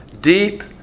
Deep